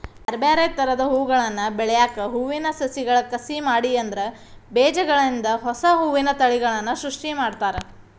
ಬ್ಯಾರ್ಬ್ಯಾರೇ ತರದ ಹೂಗಳನ್ನ ಬೆಳ್ಯಾಕ ಹೂವಿನ ಸಸಿಗಳ ಕಸಿ ಮಾಡಿ ಅದ್ರ ಬೇಜಗಳಿಂದ ಹೊಸಾ ಹೂವಿನ ತಳಿಯನ್ನ ಸೃಷ್ಟಿ ಮಾಡ್ತಾರ